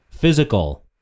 physical